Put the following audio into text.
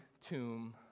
tomb